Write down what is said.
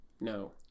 No